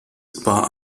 war